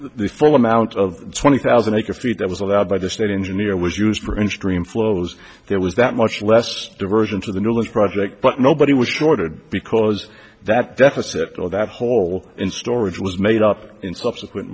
the full amount of twenty thousand acre feet that was allowed by the state engineer was used for in stream flows there was that much less diversion to the newest project but nobody was shorted because that deficit or that hole in storage was made up in subsequent